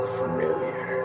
familiar